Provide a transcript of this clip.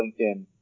LinkedIn